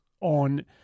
on